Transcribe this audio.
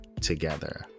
together